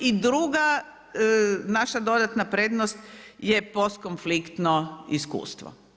I druga naša dodatna prednost je postkonfliktno iskustvo.